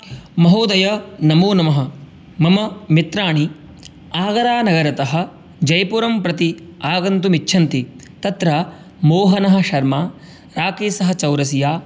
महोदय नमो नमः मम मित्राणि आग्रानगरतः जयपुरं प्रति आगन्तुमिच्छन्ति तत्र मोहनः शर्मा राकेशः चौरसिया